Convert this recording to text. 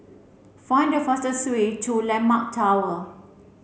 find the fastest way to Landmark Tower